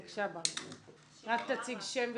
בבקשה, בר, רק תציג שם ותפקיד.